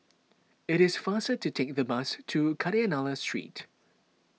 it is faster to take the bus to Kadayanallur Street